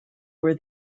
were